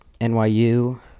nyu